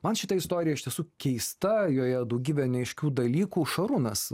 man šita istorija iš tiesų keista joje daugybė neaiškių dalykų šarūnas